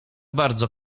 bardzo